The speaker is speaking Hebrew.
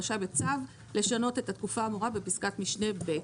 רשאי לשנות בצו את התקופה האמורה בפסקת משנה (ב).